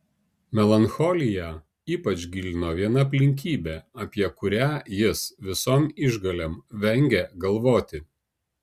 melancholiją ypač gilino viena aplinkybė apie kurią jis visom išgalėm vengė galvoti